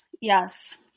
Yes